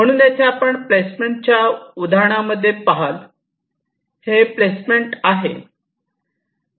म्हणून येथे आपण प्लेसमेंटच्या या उदाहरणामध्ये पहाल हे प्लेसमेंट आहे